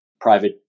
private